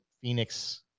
Phoenix